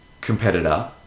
competitor